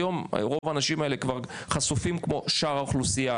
היום רוב האנשים האלו חשופים כמו שאר האוכלוסייה,